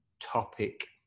topic